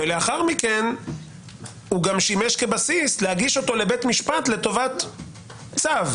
ולאחר מכן הוא גם שימש כבסיס להגיש אותו לבית משפט לטובת צו?